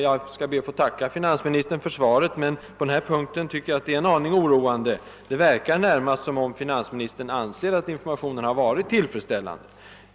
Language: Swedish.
Jag tackar finansministern för svaret, men jag tycker det är en aning oroande att herr Sträng tycks anse att informationen har varit tillfredsställande.